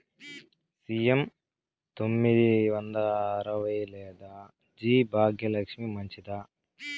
CM తొమ్మిది వందల అరవై లేదా జి భాగ్యలక్ష్మి మంచిదా?